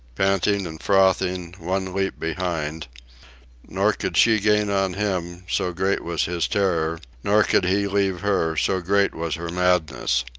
panting and frothing, one leap behind nor could she gain on him, so great was his terror, nor could he leave her, so great was her madness.